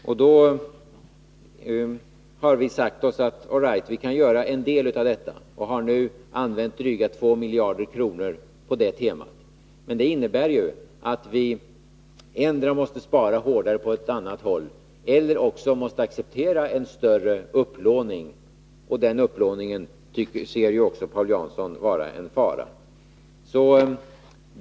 Och då har vi sagt: Vi kan göra en del av detta, och vi har nu använt drygt 2 miljarder på det temat. Men det innebär att vi antingen måste spara hårdare på annat håll eller också måste acceptera en större upplåning. Och den upplåningen ser ju också Paul Jansson som en fara.